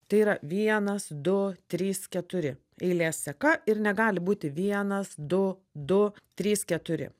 tai yra vienas du trys keturi eilės seka ir negali būti vienas du du trys keturi